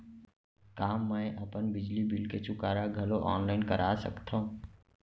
का मैं अपन बिजली बिल के चुकारा घलो ऑनलाइन करा सकथव?